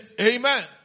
Amen